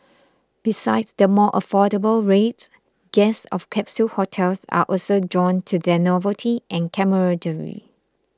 besides the more affordable rates guests of capsule hotels are also drawn to their novelty and camaraderie